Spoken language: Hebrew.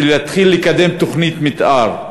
בשביל להתחיל לקדם תוכנית מתאר.